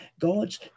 God's